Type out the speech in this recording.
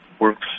works